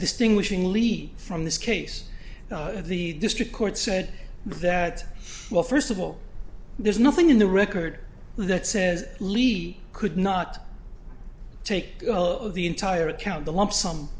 distinguishing leave from this case the district court said that well first of all there's nothing in the record that says levy could not take the entire account the lump sum